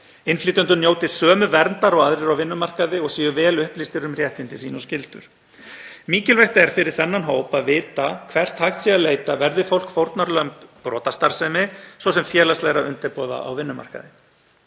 Innflytjendur njóti sömu verndar og aðrir á vinnumarkaði og séu vel upplýstir um réttindi sín og skyldur. Mikilvægt er fyrir þennan hóp að vita hvert hægt sé að leita verði fólk fórnarlömb brotastarfsemi, svo sem félagslegra undirboða, á vinnumarkaði.